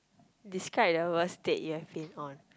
describe the worst state you had been on